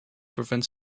prevent